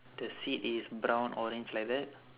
the seat is brown orange like that